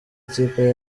ikipe